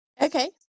Okay